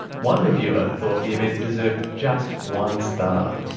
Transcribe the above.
one reviewer thought the event deserved just one star.